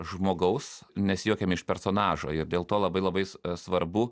žmogaus nesijuokiam iš personažo ir dėl to labai labai svarbu